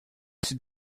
disse